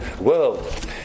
world